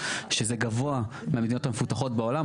שזה גבוה מהמדינות המפותחות בעולם,